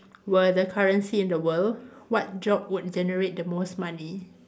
were the currency in the world what job would generate the most money